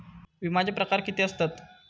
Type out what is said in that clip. विमाचे प्रकार किती असतत?